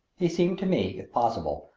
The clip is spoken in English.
he seemed to me, if possible,